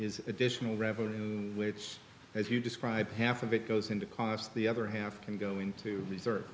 is additional revenue which as you describe half of it goes into cost the other half can go into these are